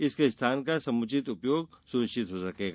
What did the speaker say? इससे स्थान का समुचित उपयोग सुनिश्चित हो सकेगा